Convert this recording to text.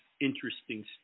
interesting